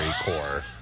core